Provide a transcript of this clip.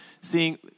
seeing